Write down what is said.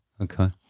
Okay